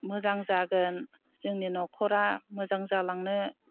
मोजां जागोन जोंनि न'खरा मोजां जालांनो